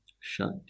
shut